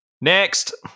Next